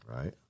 Right